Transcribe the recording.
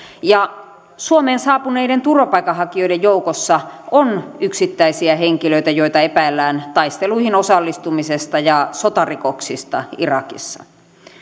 ja suomeen saapuneiden turvapaikanhakijoiden joukossa on yksittäisiä henkilöitä joita epäillään taisteluihin osallistumisesta ja sotarikoksista irakissa